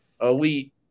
elite